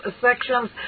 sections